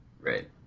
Right